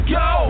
go